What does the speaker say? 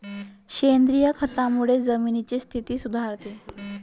सेंद्रिय खतामुळे जमिनीची स्थिती सुधारते